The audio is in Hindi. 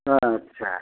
अच्छा